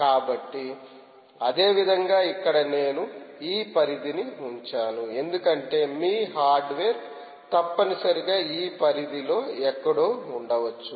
కాబట్టి అదేవిధంగా ఇక్కడ నేను ఈ పరిధిని ఉంచాను ఎందుకంటే మీ హార్డ్వేర్ తప్పనిసరిగా ఈ పరిధిలో ఎక్కడో ఉండవచ్చు